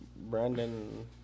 Brandon –